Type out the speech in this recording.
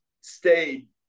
stayed